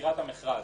יצירת המכרז,